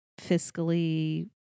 fiscally